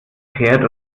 pferd